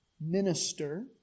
minister